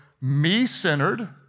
me-centered